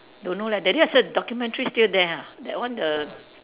don't know leh that day I saw documentary is still there ah that one the